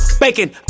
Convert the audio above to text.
bacon